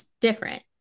different